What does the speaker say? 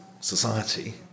society